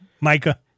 Micah